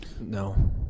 no